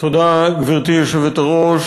גברתי היושבת-ראש,